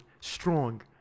strong